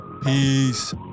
Peace